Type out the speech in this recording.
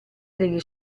degli